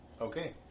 Okay